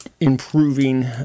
Improving